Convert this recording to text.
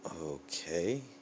Okay